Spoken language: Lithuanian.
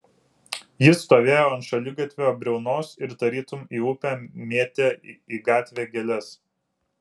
jis stovėjo ant šaligatvio briaunos ir tarytum į upę mėtė į gatvę gėles